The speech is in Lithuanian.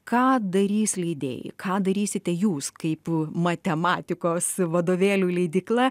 ką darys leidėjai ką darysite jūs kaip matematikos vadovėlių leidykla